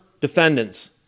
defendants